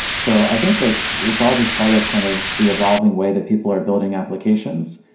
so i think that it's all just part of kind of the evolving way that people are building applications.